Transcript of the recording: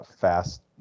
Fast